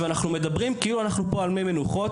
אנחנו מדברים כאילו אנחנו על מי מנוחות.